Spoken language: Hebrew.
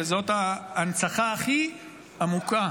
זאת ההנצחה הכי עמוקה